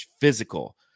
Physical